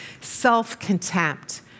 self-contempt